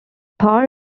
power